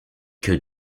que